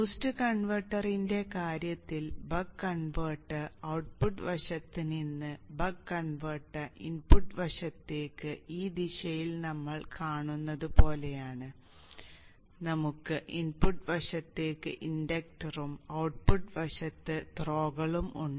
boost കൺവെർട്ടറിന്റെ കാര്യത്തിൽ buck converter output വശത്ത് നിന്ന് ബക്ക് കൺവെർട്ടർ ഇൻപുട്ട് വശത്തേക്ക് ഈ ദിശയിൽ നമ്മൾ കാണുന്നതുപോലെയാണ് നമുക്ക് ഇൻപുട്ട് വശത്തേക്ക് ഇൻഡക്ടറും ഔട്ട്പുട്ട് വശത്ത് ത്രോകളും ഉണ്ട്